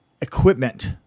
equipment